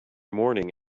morning